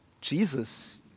Jesus